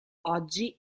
oggi